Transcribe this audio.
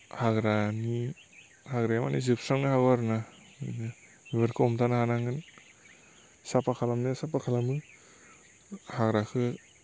हाग्रानि हाग्राया माने जोबस्रांनो हागौ आरो ना बेफोरखौ हमथानो हानांगोन साफा खालामनो साफा खालामो हाग्राखौ